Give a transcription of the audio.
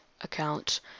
account